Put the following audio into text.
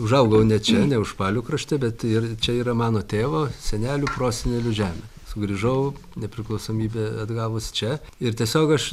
užaugau ne čia ne užpalių krašte bet ir čia yra mano tėvo senelių prosenelių žemė sugrįžau nepriklausomybę atgavus čia ir tiesiog aš